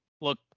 Look